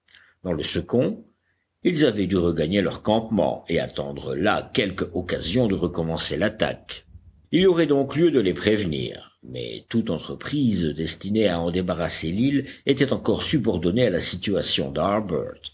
dans le second ils avaient dû regagner leur campement et attendre là quelque occasion de recommencer l'attaque il y aurait donc lieu de les prévenir mais toute entreprise destinée à en débarrasser l'île était encore subordonnée à la situation